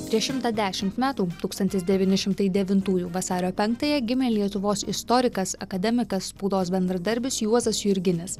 prieš šimtą dešimt metų tūkstantis devyni šimtai devintųjų vasario penktąją gimė lietuvos istorikas akademikas spaudos bendradarbis juozas jurginis